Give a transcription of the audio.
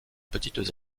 petites